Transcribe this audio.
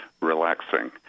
relaxing